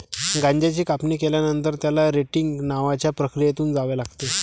गांजाची कापणी केल्यानंतर, त्याला रेटिंग नावाच्या प्रक्रियेतून जावे लागते